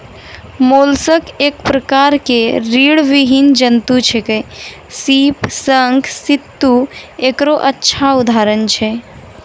mollusc एक प्रकार के रीड़विहीन जंतु छेकै, सीप, शंख, सित्तु एकरो अच्छा उदाहरण छै